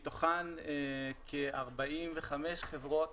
מתוכן כ-45 חברות